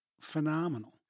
phenomenal